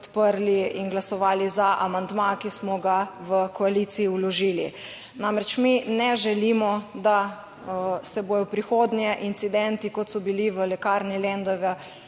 in glasovali za amandma, ki smo ga v koaliciji vložili. Namreč, mi ne želimo, da se bodo v prihodnje incidenti kot so bili v lekarni Lendava